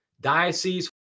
diocese